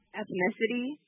ethnicity